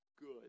good